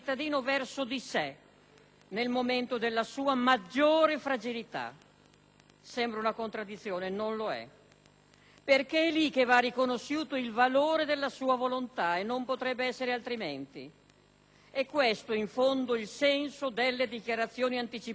Sembra una contraddizione ma non lo è, perché è lì che va riconosciuto il valore della sua volontà e non potrebbe essere altrimenti. È questo in fondo il senso delle dichiarazioni anticipate di trattamento sanitario e insieme della loro non obbligatorietà,